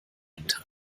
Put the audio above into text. entern